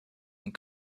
and